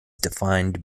defined